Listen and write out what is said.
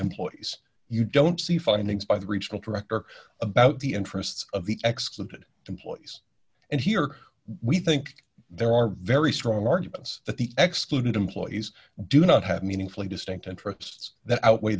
employees you don't see findings by the regional director about the interests of the executed employees and here we think there are very strong arguments that the exploited employees do not have meaningfully distinct interests that outweigh